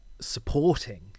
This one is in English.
supporting